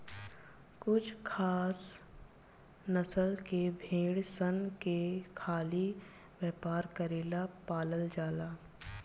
कुछ खास नस्ल के भेड़ सन के खाली व्यापार करेला पालल जाला